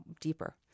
deeper